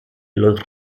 los